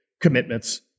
commitments